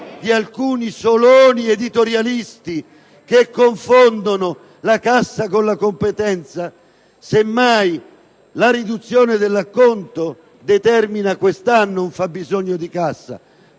di alcuni Soloni editorialisti, che confondono la cassa con la competenza, la riduzione dell'acconto semmai determina quest'anno un fabbisogno di cassa